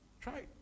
Try